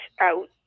out